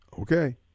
okay